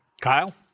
Kyle